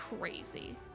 crazy